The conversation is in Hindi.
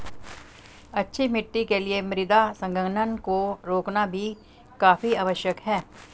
अच्छी मिट्टी के लिए मृदा संघनन को रोकना भी काफी आवश्यक है